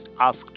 asked